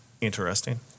Interesting